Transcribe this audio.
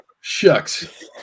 Shucks